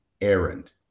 errand